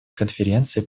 конференции